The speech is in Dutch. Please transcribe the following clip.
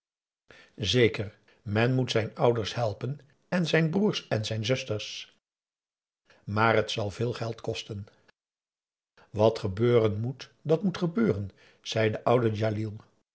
zeker men moet zijn ouders helpen en zijn broers en zijn zusters maar het zal veel geld kosten wat gebeuren moet dat moet gebeuren zei de oude djalil